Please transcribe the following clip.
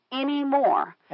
anymore